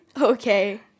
Okay